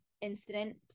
incident